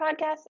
podcast